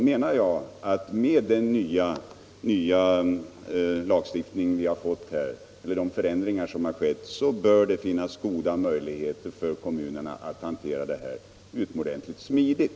Med de förändringar i lagstiftningen som har skett bör det också finnas goda möjligheter för kommunerna att hantera detta utomordentligt smidigt.